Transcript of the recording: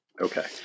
Okay